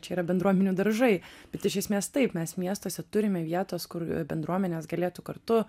čia yra bendruomenių daržai bet iš esmės taip mes miestuose turime vietos kur bendruomenės galėtų kartu